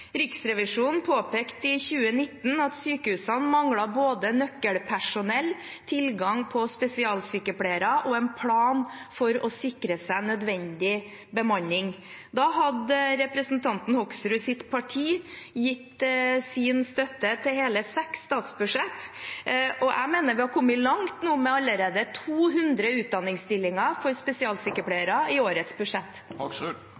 Riksrevisjonen påpekte i 2019 at sykehusene manglet både nøkkelpersonell, tilgang på spesialsykepleiere og en plan for å sikre seg nødvendig bemanning. Da hadde representanten Hoksruds parti gitt sin støtte til hele seks statsbudsjett. Jeg mener vi har kommet langt allerede med 200 utdanningsstillinger for